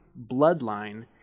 bloodline